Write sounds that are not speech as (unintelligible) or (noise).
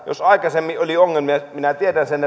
jos aikaisemmin oli sellaisia ongelmia ja minä tiedän sen (unintelligible)